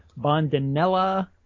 Bondanella